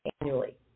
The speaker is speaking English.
annually